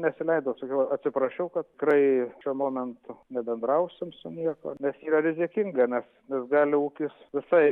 nesileidau su juo atsiprašiau kad tikrai šiuo momentu nebendrausim su niekuo nes yra rizikinga nes nes gali ūkis visai